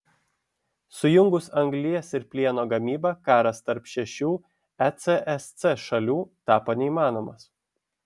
sujungus anglies ir plieno gamybą karas tarp šešių ecsc šalių tapo neįmanomas